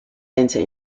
enter